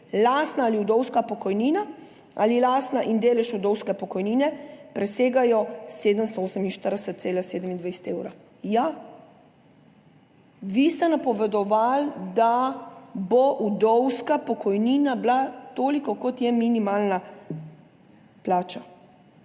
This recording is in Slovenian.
lastna ali vdovska pokojnina ali lastna in delež vdovske pokojnine presegajo 748,27 evra. Ja, vi ste napovedovali, da bo vdovska pokojnina toliko, kot je minimalna plača,